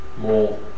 more